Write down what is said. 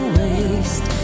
waste